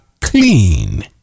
clean